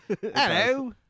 Hello